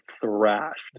thrashed